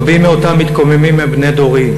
רבים מאותם מתקוממים הם בני דורי,